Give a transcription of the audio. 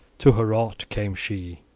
to heorot came she,